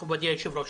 מכובדי היושב-ראש.